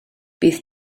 bydd